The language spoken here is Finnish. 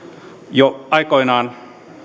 jo aikoinaan